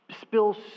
spills